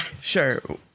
sure